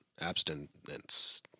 abstinence